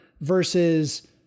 versus